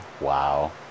wow